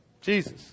Jesus